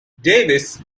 davis